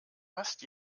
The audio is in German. fast